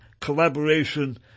collaboration